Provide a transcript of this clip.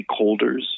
stakeholders